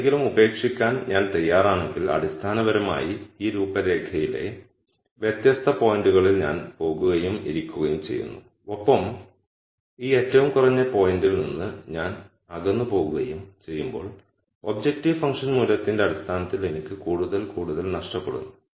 എന്തെങ്കിലും ഉപേക്ഷിക്കാൻ ഞാൻ തയ്യാറാണെങ്കിൽ അടിസ്ഥാനപരമായി ഈ രൂപരേഖയിലെ വ്യത്യസ്ത പോയിന്റുകളിൽ ഞാൻ പോകുകയും ഇരിക്കുകയും ചെയ്യുന്നു ഒപ്പം ഈ ഏറ്റവും കുറഞ്ഞ പോയിന്റിൽ നിന്ന് ഞാൻ അകന്നുപോകുകയും ചെയ്യുമ്പോൾ ഒബ്ജക്റ്റീവ് ഫംഗ്ഷൻ മൂല്യത്തിന്റെ അടിസ്ഥാനത്തിൽ എനിക്ക് കൂടുതൽ കൂടുതൽ നഷ്ടപ്പെടുന്നു